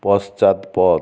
পশ্চাৎপদ